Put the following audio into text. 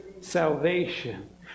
salvation